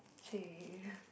!chey!